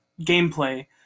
gameplay